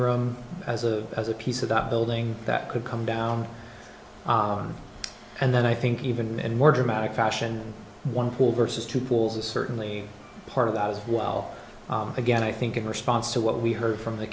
room as a as a piece of that building that could come down and then i think even more dramatic fashion one pool versus two pools is certainly part of that as well again i think in response to what we heard from the